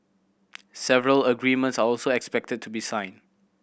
several agreements are also expected to be signed